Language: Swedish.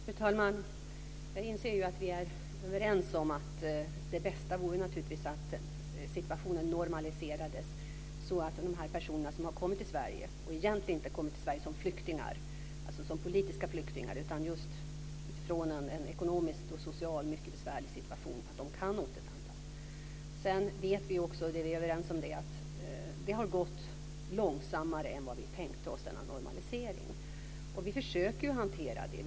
Fru talman! Jag inser att vi är överens om att det bästa vore om situationen normaliserades så att de personer som har kommit till Sverige - egentligen inte som politiska flyktingar utan till följd av en ekonomisk och social mycket besvärlig situation - kan återvända. Sedan vet vi också att normaliseringen har gått långsammare än vi tänkte oss. Vi försöker att hantera det.